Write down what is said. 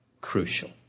crucial